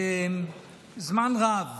זמן רב